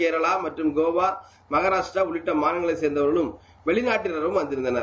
கோளா மற்றம் மற்றாராஷ்ட்ரா உள்ளிட்ட மாநிலங்களைச் சேர்ந்தவர்களும் வெளிநாட்டினரும் வந்திருந்தனர்